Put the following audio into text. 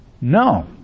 No